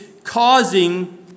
Causing